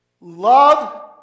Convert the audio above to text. Love